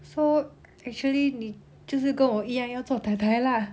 so actually 你就是跟我一样要做太太 lah